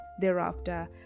thereafter